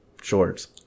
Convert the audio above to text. shorts